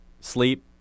sleep